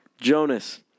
Jonas